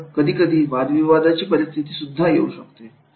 तर कधी कधी वादविवादाची परिस्थिती सुद्धा येऊ शकते